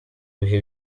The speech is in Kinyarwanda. bihe